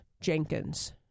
Jenkins